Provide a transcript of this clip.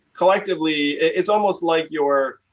collectively, it's almost like your